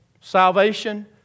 Salvation